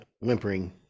whimpering